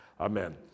Amen